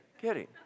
kidding